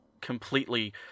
completely